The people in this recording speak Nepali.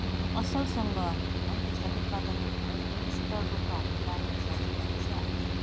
असलसँग है त्यसलाई उत्पादन है गुणस्तर रूपमा हामीले लानुको लागि भने चाहिँ हामीले